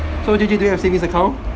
so did you do you have savings account